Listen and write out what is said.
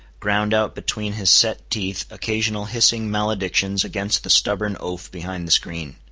ground out between his set teeth occasional hissing maledictions against the stubborn oaf behind the screen.